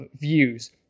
views